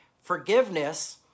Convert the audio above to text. Forgiveness